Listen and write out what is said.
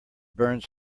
burns